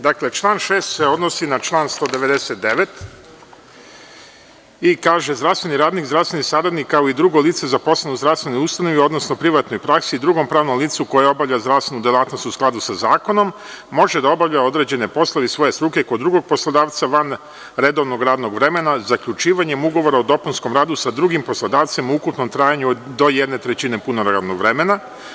Dakle, član 6. se odnosi na član 199. i kaže – zdravstveni radnik, zdravstveni saradnik, kao i drugo lice zaposleno u zdravstvenoj ustanovi, odnosno privatnoj praksi, drugom pravnom licu koje obavlja zdravstvenu delatnosti u skladu sa zakonom, može da obavlja određene poslove iz svoje struke kod drugog poslodavca van redovnog radnog vremena, zaključivanjem ugovora o dopunskom radu sa drugim poslodavcem u ukupnom trajanju do jedne trećine punog radnog vremena.